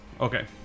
Okay